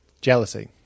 Jealousy